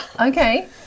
Okay